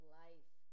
life